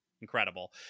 incredible